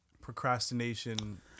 procrastination